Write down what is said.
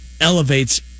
elevates